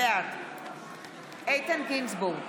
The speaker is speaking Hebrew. בעד איתן גינזבורג,